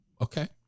okay